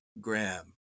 gram